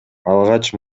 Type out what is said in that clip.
алгач